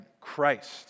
Christ